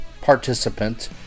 participant